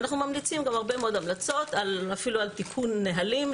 אנחנו ממליצים גם הרבה מאוד המלצות אפילו על תיקון נהלים.